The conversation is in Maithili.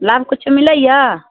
लाभ किछु मिलैए